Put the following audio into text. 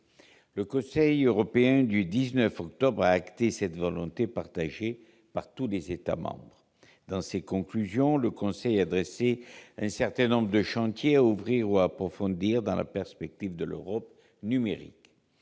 Le Conseil européen du 19 octobre a acté cette volonté partagée par tous les États membres. Dans ses conclusions, le Conseil a énuméré un certain nombre de chantiers à ouvrir ou à approfondir dans la perspective de l'Europe numérique.